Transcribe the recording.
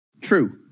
True